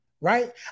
right